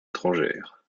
étrangères